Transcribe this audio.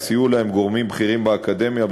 וסייעו להם גורמים בכירים באקדמיה,